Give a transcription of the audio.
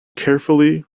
carefully